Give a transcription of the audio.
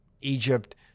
Egypt